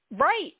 Right